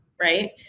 right